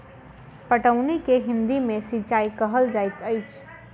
पटौनी के हिंदी मे सिंचाई कहल जाइत अछि